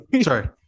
sorry